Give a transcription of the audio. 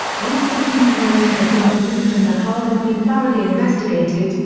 once the human remains had been removed and the hull had been thoroughly investigated,